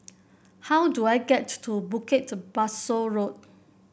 how do I get to Bukit Pasoh Road